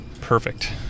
Perfect